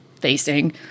facing